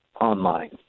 online